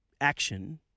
action